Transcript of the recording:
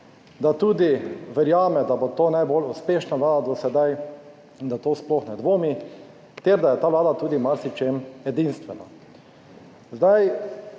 da tudi verjame, da bo to najbolj uspešna vlada do sedaj in da v to sploh ne dvomi ter da je ta vlada tudi v marsičem edinstvena.